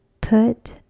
Put